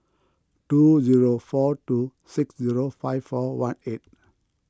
two zero four two six zero five four one eight